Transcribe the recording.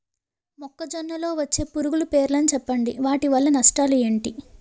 మొక్కజొన్న లో వచ్చే పురుగుల పేర్లను చెప్పండి? వాటి వల్ల నష్టాలు ఎంటి?